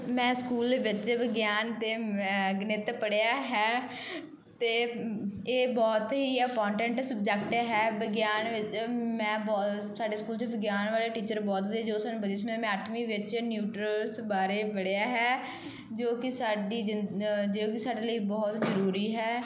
ਮੈਂ ਸਕੂਲ ਦੇ ਵਿੱਚ ਵਿਗਿਆਨ ਅਤੇ ਗਣਿਤ ਪੜ੍ਹਿਆ ਹੈ ਅਤੇ ਇਹ ਬਹੁਤ ਹੀ ਅਪੋਰਟੈਂਟ ਸਬਜੈਕਟ ਹੈ ਵਿਗਿਆਨ ਵਿੱਚ ਮੈਂ ਬਹੁਤ ਸਾਡੇ ਸਕੂਲ 'ਚ ਵਿਗਿਆਨ ਵਾਲੇ ਟੀਚਰ ਬਹੁਤ ਵਧੀਆ ਜੋ ਸਾਨੂੰ ਬਹੁਤ ਵਧੀਆ ਸਮਝਾਉਂਦੇ ਮੈਂ ਅੱਠਵੀਂ ਵਿੱਚ ਨਿਊਟਰਸ ਬਾਰੇ ਪੜ੍ਹਿਆ ਹੈ ਜੋ ਕਿ ਸਾਡੀ ਜਿੰਦ ਜੇ ਕੋਈ ਸਾਡੇ ਲਈ ਬਹੁਤ ਜ਼ਰੂਰੀ ਹੈ